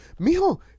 mijo